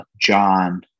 John